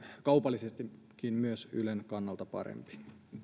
kaupallisesti ylen kannalta parempi